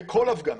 בכל הפגנה.